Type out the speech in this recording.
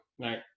right